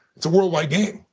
it's a worldwide game.